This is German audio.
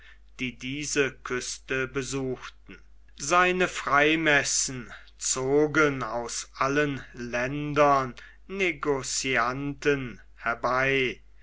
die diese küste besuchten seine freimessen zogen aus allen ländern negocianten herbei